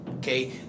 Okay